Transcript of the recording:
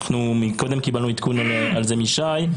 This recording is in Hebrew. קודם קיבלנו על זה עדכון משי.